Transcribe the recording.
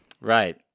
Right